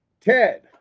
Ted